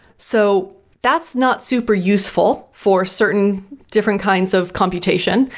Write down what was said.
so that's not super useful for certain different kinds of computation.